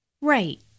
Right